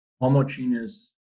homogeneous